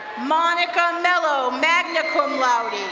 monica mellow, magna cum laude.